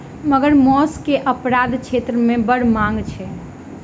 मगर मौस के अपराध क्षेत्र मे बड़ मांग छल